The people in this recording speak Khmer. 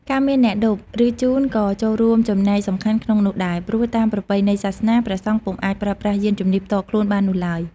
ការមានអ្នកឌុប ឬ ជូនក៏ចូលរួមចំណែកសំខាន់ក្នុងនោះដែរ ព្រោះតាមប្រពៃណីសាសនា ព្រះសង្ឃពុំអាចប្រើប្រាស់យាន្តជំនិះផ្ទាល់ខ្លួនបាននោះឡើយ។